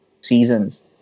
seasons